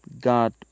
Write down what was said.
God